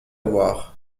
voir